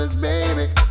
Baby